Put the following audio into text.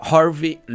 Harvey